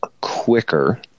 quicker